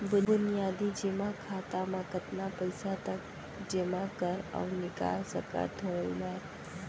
बुनियादी जेमा खाता म कतना पइसा तक जेमा कर अऊ निकाल सकत हो मैं?